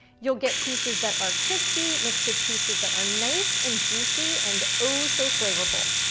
you'll get pieces that are crispy, mixed with pieces that are nice and juicy and oh so flavorful.